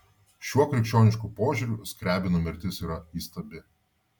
šiuo krikščionišku požiūriu skriabino mirtis yra įstabi